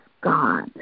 God